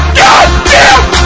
goddamn